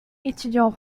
étudiant